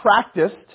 practiced